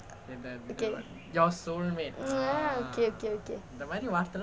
okay ah okay okay